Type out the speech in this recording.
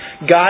God